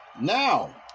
Now